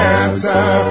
answer